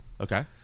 Okay